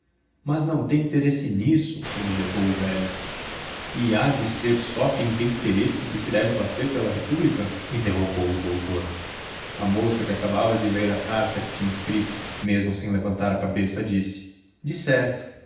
mas não tem interesse nisso objetou o velho e há de ser só quem tem interesse que se deve bater pela república interrogou o doutor a moça que acabava de ler a carta que tinha escrito mesmo sem levantar a cabeça disse